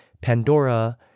Pandora